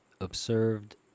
observed